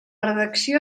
redacció